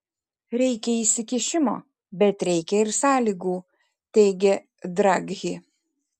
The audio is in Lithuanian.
reikia įsikišimo bet reikia ir sąlygų teigė draghi